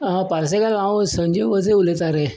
आं पार्सेकार हांव संजीव वजे उलयता रे